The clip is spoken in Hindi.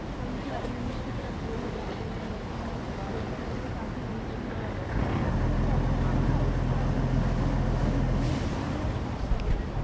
हम थोड़ा इंग्लिश की तरफ़ वो हो जाते हैं हमारे सब्जेक्ट जो हैं तो काफ़ी इंग्लिश में हो जाते हैं तो कॉलेज पढ़ा उसके बाद हिंदी बिल्कुल मतलब हिंदी में लिखना थोड़ा छूट सा गया था